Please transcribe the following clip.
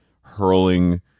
hurling